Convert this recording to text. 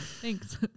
Thanks